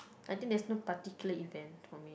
I think there's no particular event for me